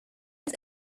his